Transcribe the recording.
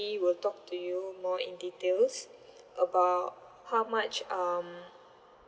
will talk to you more in details about how much um